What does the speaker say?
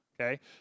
okay